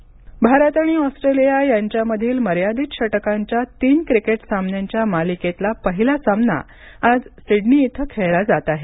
cricket Bharat आणि Australia यांच्यामधील मर्यादित षटकांच्या तीन क्रिकेट सामन्यांच्या मालिकेतील पहिला सामना आज सिडनी इथं खेळला जात आहे